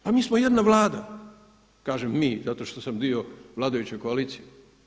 Pa mi smo jedna Vlada, kažem mi zato što sam dio vladajuće koalicije.